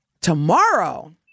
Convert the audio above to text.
Tomorrow